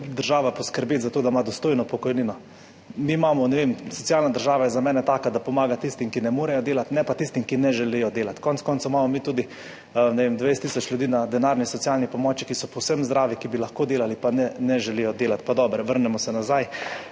država poskrbeti za to, da ima dostojno pokojnino. Mi imamo, ne vem, socialna država je za mene taka, da pomaga tistim, ki ne morejo delati, ne pa tistim, ki ne želijo delati. Konec koncev imamo mi tudi, ne vem, 20 tisoč ljudi na denarni socialni pomoči, ki so povsem zdravi, ki bi lahko delali, pa ne želijo delati. Pa dobro, vrnimo se nazaj.